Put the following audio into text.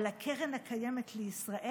על הקרן הקיימת לישראל,